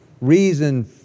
reason